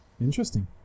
interesting